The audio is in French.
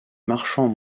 marchands